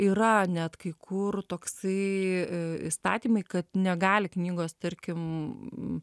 yra net kai kur toksai į įstatymai kad negali knygos tarkim